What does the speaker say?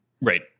Right